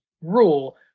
rule